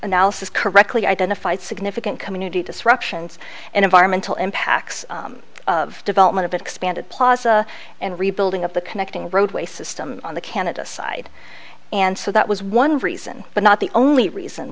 analysis correctly identified significant community disruptions and environmental impacts of development of an expanded plaza and rebuilding of the connecting roadway system on the canada side and so that was one reason but not the only reason